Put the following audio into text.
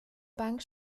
bank